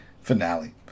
finale